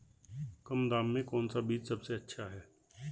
कम दाम में कौन सा बीज सबसे अच्छा है?